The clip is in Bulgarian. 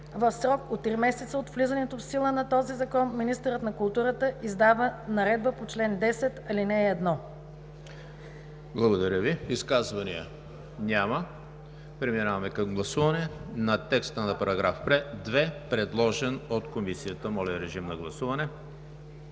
В срок три месеца от влизането в сила на този Закон министърът на културата издава наредбата по чл. 10, ал. 1.”